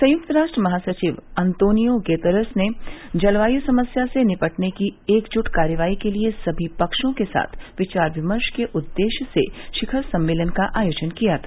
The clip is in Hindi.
संयुक्त राष्ट्र महासचिव अंतोनियो गोतेरस ने जलवायु समस्या से निपटने की एकजुट कार्यवाही के लिए सभी पक्षों के साथ विचार विमर्श के उद्देश्य से शिखर सम्मेलन का आयोजन किया था